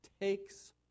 takes